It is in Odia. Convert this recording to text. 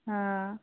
ହଁ